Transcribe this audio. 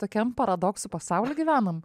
tokiam paradoksų pasauly gyvenam